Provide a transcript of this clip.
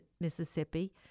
Mississippi